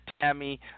Tammy